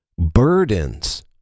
burdens